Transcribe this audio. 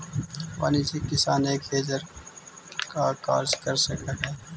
वाणिज्यिक किसान एक हेजर का कार्य कर सकअ हई